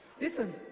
listen